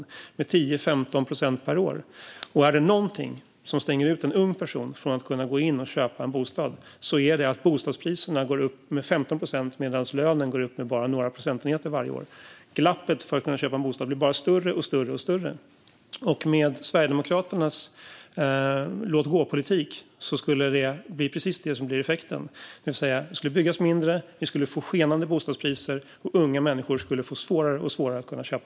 De ökade med 10-15 procent per år. Är det något som stänger en ung person ute från att kunna köpa en bostad är det att bostadspriserna går upp med 15 procent medan lönen går upp med bara några procentenheter varje år. Glappet för att kunna köpa en bostad blir bara större och större. Med Sverigedemokraternas låt-gå-politik skulle effekten bli precis den, det vill säga att det skulle byggas mindre, att vi skulle få skenande bostadspriser och att unga skulle få allt svårare att köpa en bostad.